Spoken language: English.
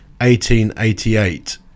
1888